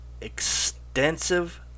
extensive